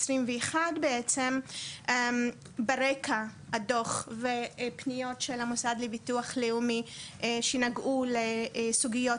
בעצם ברקע הדוח ופניות של המוסד לביטוח לאומי שנגעו לסוגיות